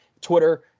Twitter